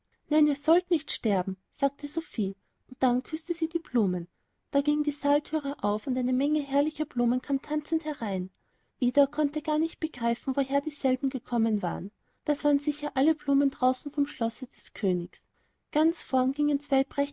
ihr sollt nicht sterben sagte sophie und dann küßte sie die blumen da ging die saalthüre auf und eine menge herrlicher blumen kam tanzend herein ida konnte gar nicht begreifen woher dieselben gekommen waren das waren sicher alle blumen draußen vom schlosse des königs ganz vorn gingen